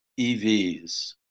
EVs